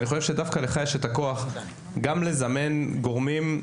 יכול להיות שדווקא לך יש את הכוח גם לזמן את הגורמים.